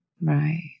Right